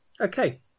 Okay